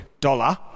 dollar